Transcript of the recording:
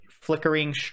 flickering